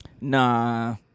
nah